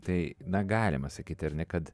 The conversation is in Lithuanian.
tai na galima sakyti ar ne kad